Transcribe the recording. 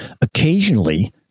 occasionally